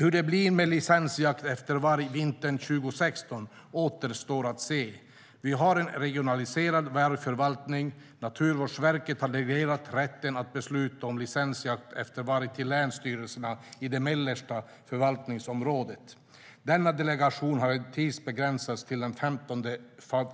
Hur det blir med licensjakten efter varg vintern 2016 återstår att se. Vi har en regionaliserad vargförvaltning. Naturvårdsverket har delegerat rätten att besluta om licensjakt efter varg till länsstyrelserna i det mellersta förvaltningsområdet. Denna delegation har tidsbegränsats till den 15